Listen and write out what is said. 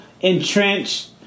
entrenched